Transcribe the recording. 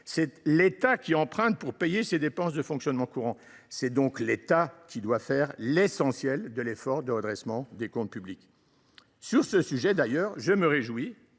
C’est l’État qui emprunte pour payer ses dépenses de fonctionnement courant. C’est donc l’État qui doit faire l’essentiel de l’effort de redressement de nos comptes publics. Aussi, je me réjouis